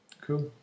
Cool